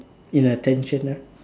in attention right